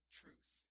truth